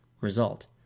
result